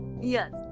Yes